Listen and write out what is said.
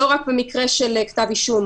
לא רק במקרה של כתב אישום,